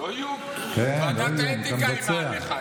זה לא איום, ועדת האתיקה איימה עליך.